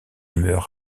meurt